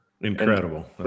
Incredible